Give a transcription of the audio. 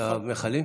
נכון.